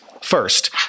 First